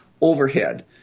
overhead